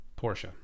Porsche